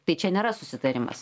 tai čia nėra susitarimas